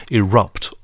erupt